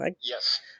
Yes